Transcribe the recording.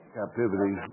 captivity